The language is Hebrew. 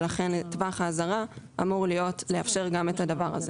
ולכן צו האזהרה אמור לאפשר גם את הדבר הזה.